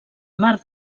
mar